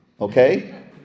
okay